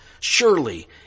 Surely